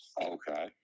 Okay